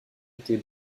était